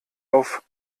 auf